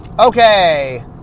Okay